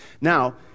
Now